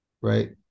right